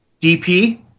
DP